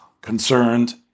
concerned